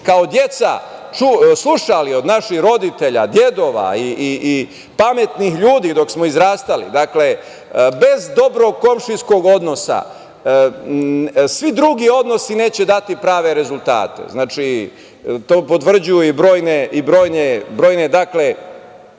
kao deca slušali od naših roditelja, dedova i pametnih ljudi dok smo izrastali. Dakle, bez dobrog komšijskog odnosa svi drugi odnosi neće dati prave rezultate. To potvrđuju u brojne narodne